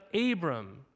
Abram